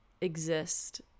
exist